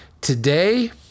Today